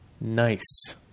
Nice